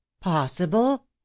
possible